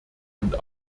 und